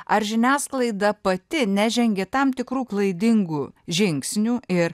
ar žiniasklaida pati nežengė tam tikrų klaidingų žingsnių ir